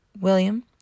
William